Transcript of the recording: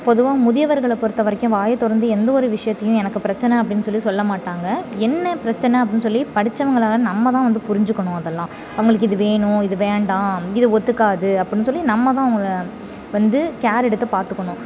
பொதுவாக முதியவர்களை பொறுத்தவரைக்கும் வாயைத் திறந்து எந்த ஒரு விஷயத்தையும் எனக்கு பிரச்சனை அப்படின்னு சொல்லி சொல்ல மாட்டாங்க என்ன பிரச்சனை அப்படின்னு சொல்லி படித்தவங்களான நம்ம தான் வந்து புரிஞ்சுக்கணும் அதெல்லாம் அவங்களுக்கு இது வேணும் இது வேண்டாம் இது ஒத்துக்காது அப்படின்னு சொல்லி நம்ம தான் அவங்கள வந்து கேர் எடுத்து பார்த்துக்கணும்